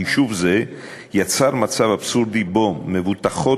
חישוב זה יצר מצב אבסורדי שבו מבוטחות